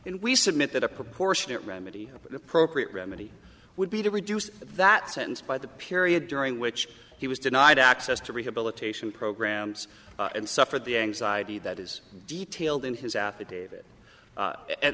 and we submit that a proportionate remedy an appropriate remedy would be to reduce that sentence by the period during which he was denied access to rehabilitation programs and suffer the anxiety that is detailed in his affidavit